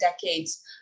decades